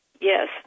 Yes